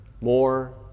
More